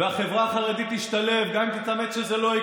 חבר הכנסת אבוטבול, אתה בשנייה.